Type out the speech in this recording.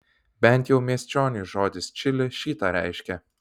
bent jau miesčioniui žodis čili šį tą reiškia